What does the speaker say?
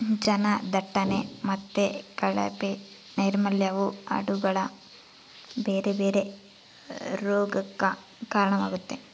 ಜನದಟ್ಟಣೆ ಮತ್ತೆ ಕಳಪೆ ನೈರ್ಮಲ್ಯವು ಆಡುಗಳ ಬೇರೆ ಬೇರೆ ರೋಗಗಕ್ಕ ಕಾರಣವಾಗ್ತತೆ